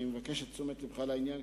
אני מבקש את תשומת לבך בעניין,